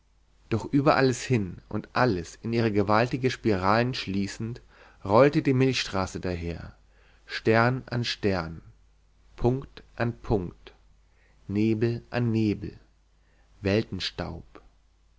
doch über alles hin und alles in ihre gewaltige spirale schließend rollte die milchstraße daher stern an stern punkt an punkt nebel an nebel